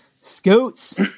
Scoots